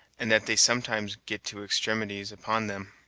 and that they sometimes get to extremities upon them.